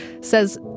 says